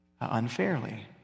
unfairly